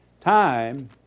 Time